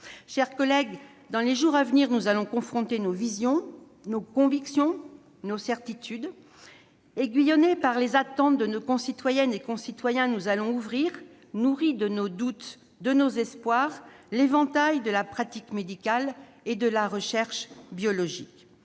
Chers collègues, dans les jours à venir, nous allons confronter nos visions, nos convictions, nos certitudes. Aiguillonnés par les attentes de nos concitoyennes et de nos concitoyens, nourris de nos doutes et de nos espoirs, nous allons ouvrir l'éventail de la pratique médicale et de la recherche biologique.